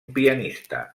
pianista